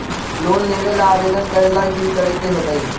Loan लेबे ला आवेदन करे ला कि करे के होतइ?